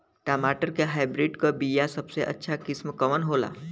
टमाटर के हाइब्रिड क बीया सबसे अच्छा किस्म कवन होला?